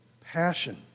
passion